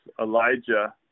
Elijah